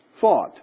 fought